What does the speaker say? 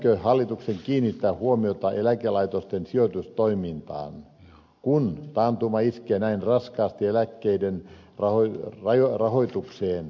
pitäisikö hallituksen kiinnittää huomiota eläkelaitosten sijoitustoimintaan kun taantuma iskee näin raskaasti eläkkeiden rahoitukseen